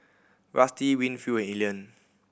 Rusty Winfield and Elian